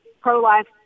pro-life